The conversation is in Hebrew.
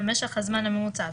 על משך הזמן הממוצע,